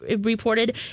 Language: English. reported